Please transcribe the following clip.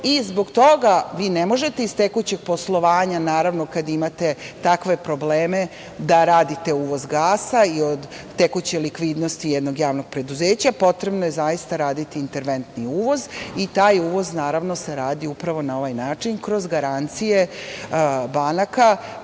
i zbog toga vi ne možete iz tekućih poslovanja, naravno, kada imate takve probleme da radite uvoz gasa i od tekuće likvidnosti jednog javnog preduzeća potrebno je zaista raditi interventni uvoz i taj uvoz se radi upravo na ovaj način, kroz garancije banaka